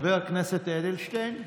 חבר הכנסת אדלשטיין,